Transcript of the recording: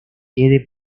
quede